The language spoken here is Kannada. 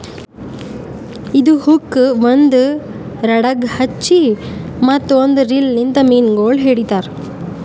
ಇದು ಹುಕ್ ಒಂದ್ ರಾಡಗ್ ಹಚ್ಚಿ ಮತ್ತ ಒಂದ್ ರೀಲ್ ಲಿಂತ್ ಮೀನಗೊಳ್ ಹಿಡಿತಾರ್